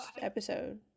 episode